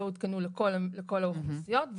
לכל האוכלוסיות.